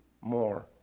more